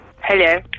Hello